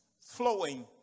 flowing